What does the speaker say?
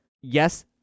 Yes